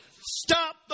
Stop